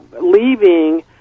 leaving